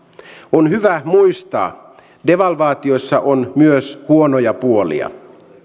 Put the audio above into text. on hyvä muistaa että devalvaatiossa on myös huonoja puolia